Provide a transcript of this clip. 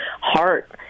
heart